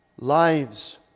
lives